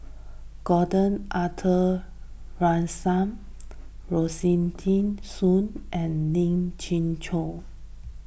Gordon Arthur Ransome Rosaline Soon and Lien Ying Chow